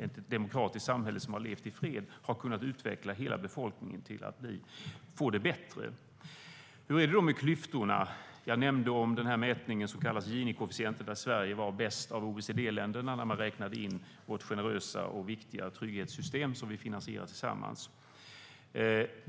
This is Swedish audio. ett demokratiskt styrt samhälle med fred har hela befolkningen utvecklats och fått det bättre. Hur är det då med klyftorna? Jag nämnde den så kallade Gini-koefficienten. Sverige är bäst av OECD-länderna, inräknat det generösa och viktiga trygghetssystemet som vi finansierar tillsammans.